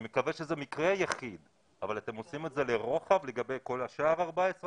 אני מקווה שזה מקרה יחיד אבל אתם עושים את זה לרוחב לגבי כל 14 העמותות?